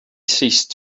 ceased